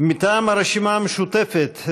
מטעם הרשימה המשותפת,